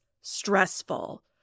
stressful